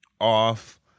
Off